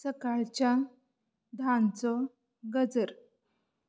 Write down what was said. सकाळच्या धांचो गजर